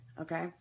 Okay